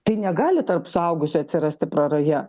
tai negali tarp suaugusių atsirasti praraja